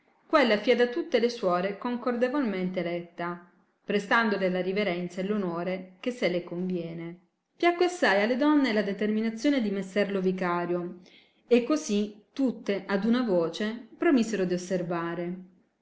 quella fìa da tutte le suore concordevolmente eletta prestandole la riverenza e l'onore che se le conviene piacque assai alle donne la determinazione di messer lo vicario e così tutte ad una voce promisero di osservare